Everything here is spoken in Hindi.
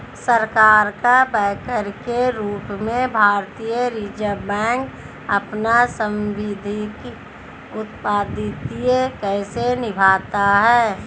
सरकार का बैंकर के रूप में भारतीय रिज़र्व बैंक अपना सांविधिक उत्तरदायित्व कैसे निभाता है?